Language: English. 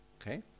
Okay